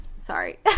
Sorry